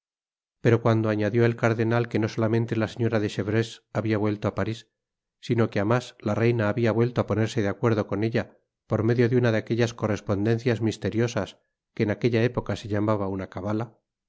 pero cuando añadió el cardenal que no solamente la señora de chevreuse habia vuelto á paris sino que á mas la reina habia vuelto á ponerse de acuerdo con ella por medio de una de aquellas correspondencias misteriosas que en aquella época se llamaba una cabala